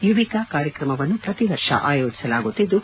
ಯುವಿಕಾ ಕಾರ್ಯಕ್ರಮವನ್ನು ಪ್ರತಿ ವರ್ಷ ಆಯೋಜಿಸಲಾಗುತ್ತಿದ್ದು